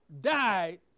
died